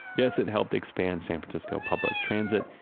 yes, it helped expand san francisco public transit.